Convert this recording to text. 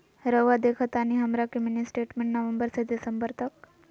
रहुआ देखतानी हमरा के मिनी स्टेटमेंट नवंबर से दिसंबर तक?